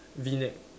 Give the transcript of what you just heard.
V neck